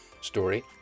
story